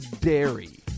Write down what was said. Dairy